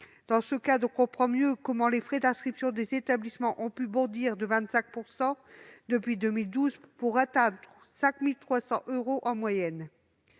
Aussi, on comprend mieux comment les frais d'inscription des établissements ont pu bondir de 25 % depuis 2012, pour atteindre 5 300 euros en moyenne.